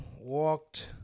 walked